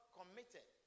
committed